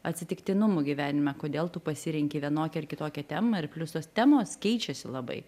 atsitiktinumų gyvenime kodėl tu pasirenki vienokią ar kitokią temą ir plius tos temos keičiasi labai